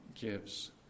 gives